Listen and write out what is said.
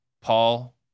Paul